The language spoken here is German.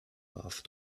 warf